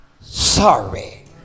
sorry